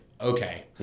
okay